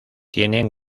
tienen